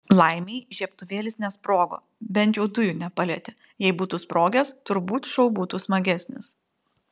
laimei žiebtuvėlis nesprogo bent jau dujų nepalietė jei būtų sprogęs turbūt šou būtų smagesnis